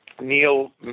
Neil